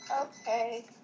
Okay